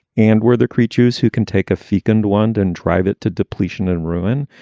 and we're the creatures who can take a fecund wand and drive it to depletion and ruin.